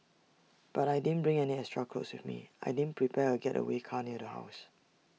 but I didn't bring any extra clothes with me I didn't prepare A getaway car near the house